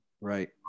Right